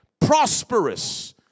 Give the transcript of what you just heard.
prosperous